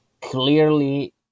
clearly